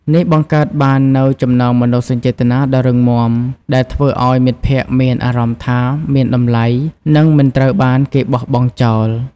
នេះបង្កើតបាននូវ ចំណងមនោសញ្ចេតនាដ៏រឹងមាំ ដែលធ្វើឲ្យមិត្តភក្តិមានអារម្មណ៍ថា មានតម្លៃ និងមិនត្រូវបានគេបោះបង់ចោល។